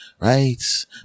right